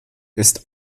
ist